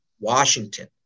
Washington